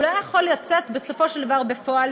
והוא לא היה יכול לצאת בסופו של דבר לפועל.